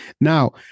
Now